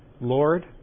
Lord